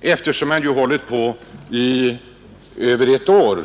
eftersom man ju har hållit på i över ett år.